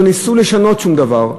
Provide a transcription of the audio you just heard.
לא ניסו לשנות שום דבר.